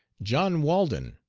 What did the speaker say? john walden.